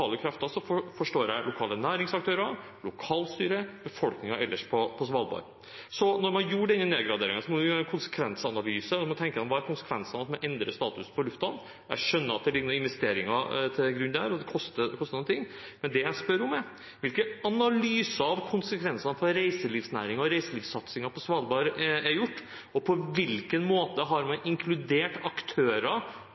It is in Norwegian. krefter forstår jeg lokale næringsaktører, lokalstyre og befolkningen ellers på Svalbard. Når man gjør denne nedgraderingen, må man også gjøre en konsekvensanalyse. Da lurer jeg på: Hva er konsekvensene av at man endrer statusen på lufthavnen? Jeg skjønner at det ligger investeringer til grunn der, og kostnader. Men det jeg spør om, er: Hvilke analyser av konsekvensene for reiselivsnæringen og reiselivssatsingen på Svalbard er gjort? På hvilken måte har man